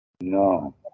No